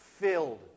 filled